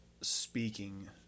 speaking